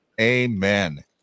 Amen